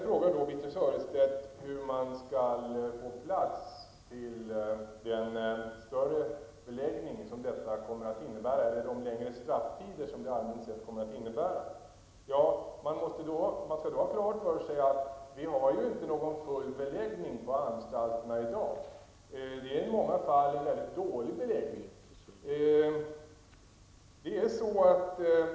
Birthe Sörestedt frågar hur man skall få plats med den större beläggning som längre strafftider allmänt sett kommer att innebära. Man skall då ha klart för sig att vi har inte full beläggning på anstalterna i dag. Det är i många fall en väldigt dålig beläggning.